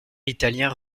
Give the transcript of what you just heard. italien